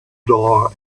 door